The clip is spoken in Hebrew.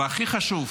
והכי חשוב,